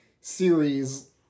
series